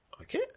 Okay